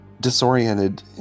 disoriented